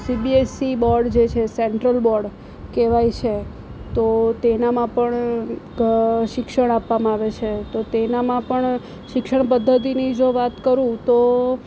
CBSE board જે છે central board કહેવાય છે તો તેનામાં પણ શિક્ષણ આપવામાં આવે છે તો તેનામાં પણ શિક્ષણ પદ્ધતિની જો વાત કરું તો